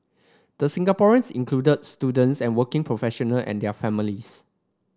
the Singaporeans included students and working professional and their families